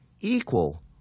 equal